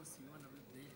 בסם אללה א-רחמאן א-רחים,